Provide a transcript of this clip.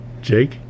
Jake